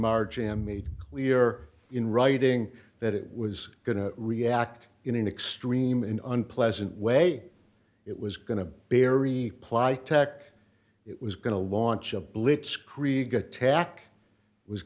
march him made clear in writing that it was going to react in an extreme and unpleasant way it was going to bury ply tech it was going to launch a blitzkrieg attack was